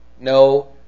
No